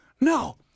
no